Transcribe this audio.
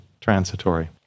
transitory